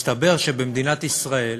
מסתבר שבמדינת ישראל,